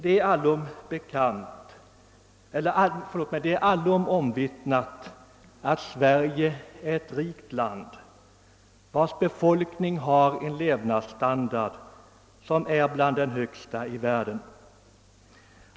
Det är allmänt omvittnat att Sverige är ett rikt land vars befolkning har en levnadsstandard som är högre än de flesta andra folks.